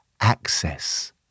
access